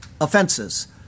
offenses